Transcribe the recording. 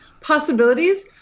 possibilities